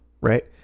Right